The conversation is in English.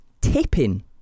tipping